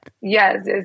Yes